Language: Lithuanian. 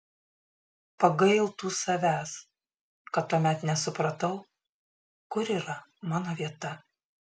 pagailtų savęs kad tuomet nesupratau kur yra mano vieta